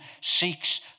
seeks